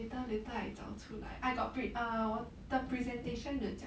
later later I 找出来 I got pre~ err 我的 presentation 有讲